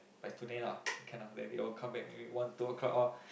by today lah then can ah then they all come back maybe one two o-clock loh